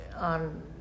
on